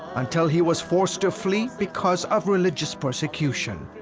until he was forced to flee because of religious persecution.